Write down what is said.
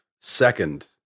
second